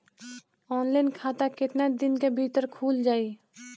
Online खाता केतना दिन के भीतर ख़ुल जाई?